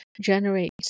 generate